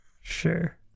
Sure